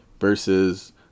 versus